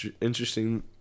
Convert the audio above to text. interesting